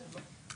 לא.